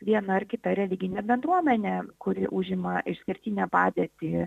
viena ar kita religine bendruomene kuri užima išskirtinę padėtį